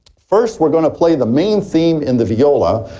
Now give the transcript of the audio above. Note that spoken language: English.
first we are going to play the main theme in the viola,